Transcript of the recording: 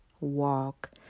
walk